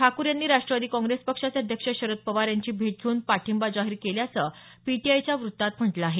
ठाकूर यांनी राष्ट्रवादी काँग्रेस पक्षाचे अध्यक्ष शरद पवार यांची भेट घेऊन पाठिंबा जाहीर केल्याचं पीटीआयच्या वृत्तात म्हटलं आहे